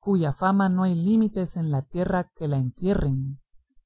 cuya fama no hay límites en la tierra que la encierren